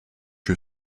you